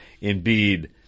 indeed